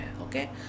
okay